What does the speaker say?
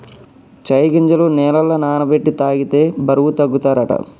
చై గింజలు నీళ్లల నాన బెట్టి తాగితే బరువు తగ్గుతారట